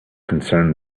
concerned